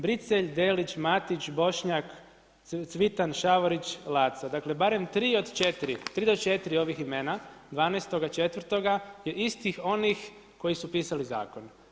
Bricelj, Delić, Martić, Bošnjak, Cvitan, Šavorić, Laca, dakle barem 3 do 4 ovih imena, 12.4. istih onih koji su pisali zakon.